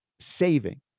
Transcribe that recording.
saving